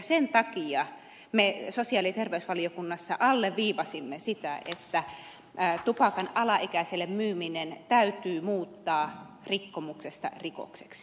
sen takia me sosiaali ja terveysvaliokunnassa alleviivasimme sitä että tupakan myyminen alaikäiselle täytyy muuttaa rikkomuksesta rikokseksi